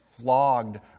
flogged